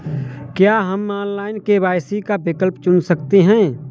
क्या हम online KYC का विकल्प चुन सकते हैं?